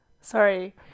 sorry